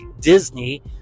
Disney